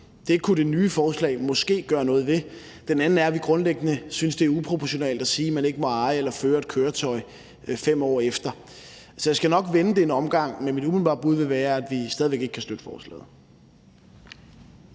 det kunne det nye forslag måske gøre noget ved – den anden er, at vi grundlæggende synes, det er uproportionalt at sige, at man ikke må eje eller føre et køretøj i 5 år efter. Så jeg skal nok vende det en omgang, men mit umiddelbare bud vil være, at vi stadig væk ikke kan støtte forslaget.